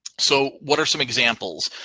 so what are some examples?